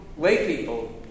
laypeople